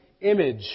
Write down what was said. image